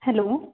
hello